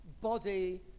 body